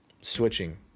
switching